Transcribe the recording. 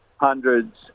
hundreds